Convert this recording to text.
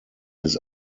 his